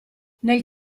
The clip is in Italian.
nel